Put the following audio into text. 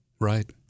Right